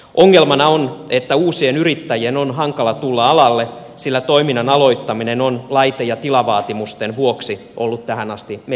ongelmana on että uusien yrittäjien on hankala tulla alalle sillä toiminnan aloittaminen on laite ja tilavaatimusten vuoksi ollut tähän asti melko arvokasta